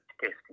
testing